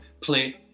play